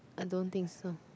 I don't think so